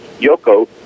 yoko